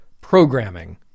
programming